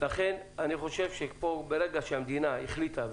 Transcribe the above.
ברגע שהמדינה החליטה,